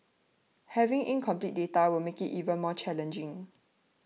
having incomplete data will make it even more challenging